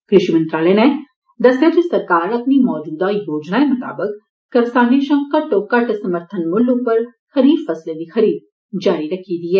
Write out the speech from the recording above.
कृषि मंत्रालय ने दस्सेआ ऐ जे सरकार अपनी मौजूदा योजनायें मताबक करसानें शा घट्टौ घट्ट समर्थन मुल्लै उप्पर खरीफ फसलें दी खरीद जारी रखी दी ऐ